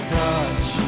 touch